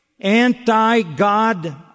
anti-God